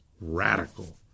radical